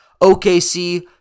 OKC